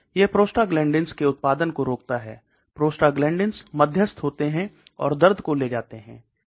यह प्रोस्टाग्लैंडिंस के उत्पादन को रोकता है प्रोस्टाग्लैंडिंस मध्यस्थ होते हैं और दर्द को ले जाते है